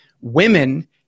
Women